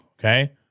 Okay